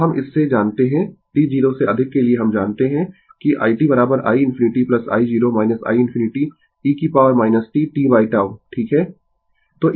अब हम इससे जानते है t 0 से अधिक के लिए हम जानते है कि i t i ∞ i0 i ∞ e t tτ ठीक है